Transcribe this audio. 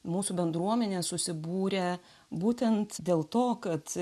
mūsų bendruomenė susibūrė būtent dėl to kad